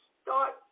start